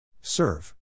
Serve